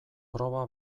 proba